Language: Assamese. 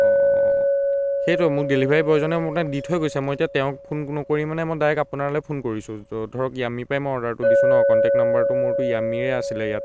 অ' সেইটো মোক ডেলিভাৰী বয়জনে মোক দি থৈ গৈছে মই এতিয়া তেওঁক ফোন নকৰি মানে ডাইৰেক্ট আপোনালৈ ফোন কৰিছোঁ ধৰক য়ামি পৰাই মই অৰ্ডাৰটো দিছোঁ ন কণ্টেক নম্বৰটোতো মোৰ য়ামিৰে আছিলে ইয়াত